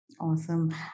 Awesome